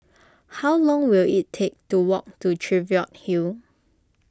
how long will it take to walk to Cheviot Hill